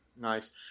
Nice